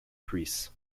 priests